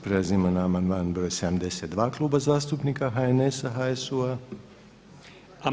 Prelazimo na amandman broj 72 Kluba zastupnika HNS-a, HSU-a.